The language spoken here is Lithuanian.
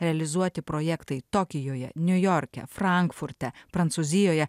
realizuoti projektai tokijuje niujorke frankfurte prancūzijoje